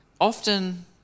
Often